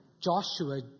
Joshua